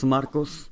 Marcos